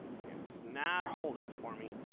is now holding for me.